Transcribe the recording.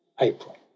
April